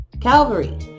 Calvary